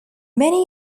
many